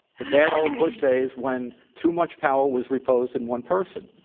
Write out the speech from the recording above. the bad old bush days when too much power was reposed in one person.